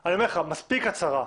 אני אומר לך שמספיקה הצהרה.